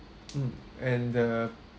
um and the